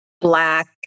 Black